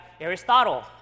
Aristotle